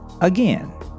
again